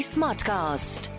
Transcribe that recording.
Smartcast